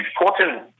important